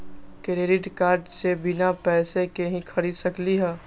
Credit card से बिना पैसे के ही खरीद सकली ह?